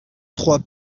trois